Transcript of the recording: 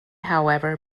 however